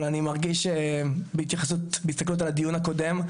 אבל אני מרגיש בהסתכלות על הדיון הקודם,